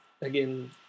Again